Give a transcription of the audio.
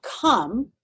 come